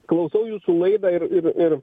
klausau jūsų laidą ir ir ir